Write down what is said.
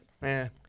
Man